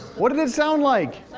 what did it sound like?